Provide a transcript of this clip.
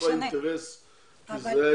יש לה אינטרס כי זה העסק שלה.